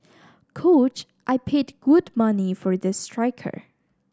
coach I paid good money for this striker